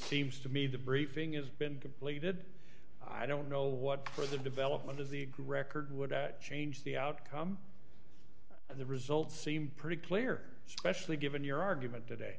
seems to me the briefing is been completed i don't know what are the development of the grech or would that change the outcome of the results seem pretty clear especially given your argument today